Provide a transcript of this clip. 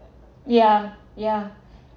yeah yeah